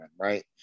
right